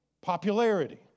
popularity